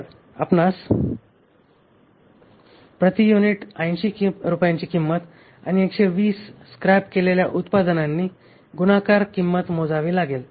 तर आपणास प्रति युनिट 80 रुपयांची किंमत आणि 120 स्क्रॅप केलेल्या उत्पादनांनी गुणाकार किंमत मोजावी लागेल